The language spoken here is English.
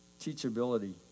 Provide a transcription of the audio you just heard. teachability